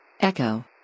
Echo